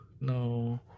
No